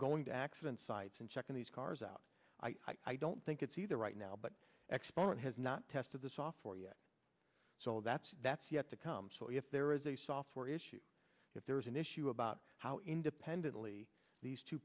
going to accident sites and checking these cars out i don't think it's either right now but exponent has not tested the software yet so that's that's yet to come so if there is a software issue if there's an issue about how independently these two